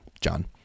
John